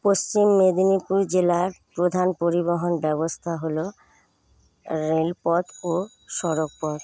পশ্চিম মেদিনীপুর জেলার প্রধান পরিবহন ব্যবস্থা হল রেলপথ ও সড়কপথ